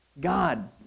God